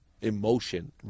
emotion